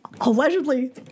allegedly